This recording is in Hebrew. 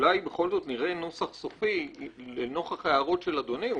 שאולי בכל זאת נראה נוסח סופי נוכח ההערות של אדוני.